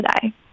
today